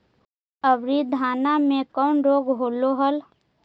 अबरि धाना मे कौन रोग हलो हल?